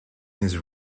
his